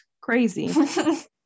crazy